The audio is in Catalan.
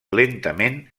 lentament